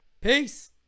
Peace